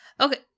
Okay